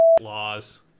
laws